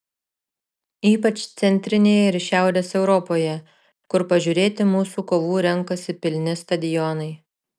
ypač centrinėje ir šiaurės europoje kur pažiūrėti mūsų kovų renkasi pilni stadionai